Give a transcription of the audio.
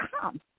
come